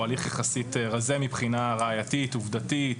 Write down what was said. הליך יחסית רזה מבחינה ראייתית עובדתית.